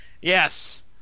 Yes